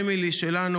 אמילי שלנו,